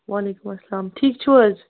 وعلیکُم السلام ٹھیٖک چھُو حظ